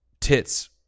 Tits